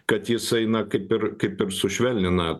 kad jisai na kaip ir kaip sušvelnina